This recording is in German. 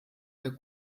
der